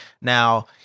Now